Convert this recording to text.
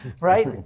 right